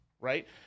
right